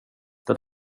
den